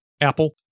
Apple